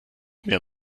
mir